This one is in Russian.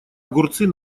огурцы